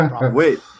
wait